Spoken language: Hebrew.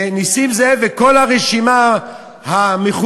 ונסים זאב וכל הרשימה המכובדת